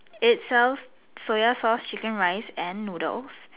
it sells Soya sauce chicken rice and noodles